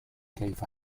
كيف